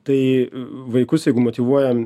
tai vaikus jeigu motyvuojam